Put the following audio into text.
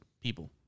people